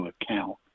account